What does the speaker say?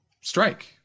strike